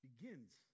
begins